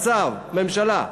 בצו ממשלה,